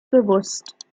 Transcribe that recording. bewusst